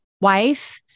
wife